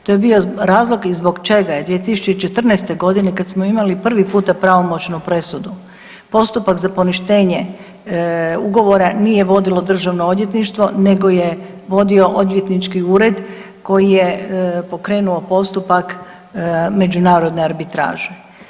To je bio razlog i zbog čega je 2014. godine kad smo imali prvi puta pravomoćnu presudu postupak za poništenje ugovora nije vodilo državno odvjetništvo nego je vodio odvjetnički ured koji je pokrenuo postupak međunarodne arbitraže.